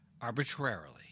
arbitrarily